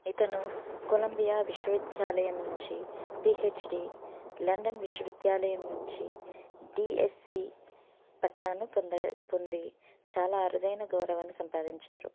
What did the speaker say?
ఇతను కొలంబియా విశ్వవిద్యాలయం నుంచి పిహెచ్డి లండన్ విశ్వవిద్యాలయం నుంచి డిఎస్సి పట్టాను పొంది పొంది చాలా అరుదైన గౌరవాన్ని సంపాదించారు